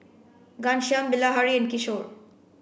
Ghanshyam Bilahari and Kishore